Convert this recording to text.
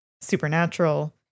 supernatural